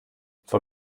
vor